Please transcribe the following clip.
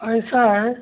ऐसा है